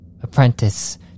Apprentice